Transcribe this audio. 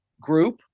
group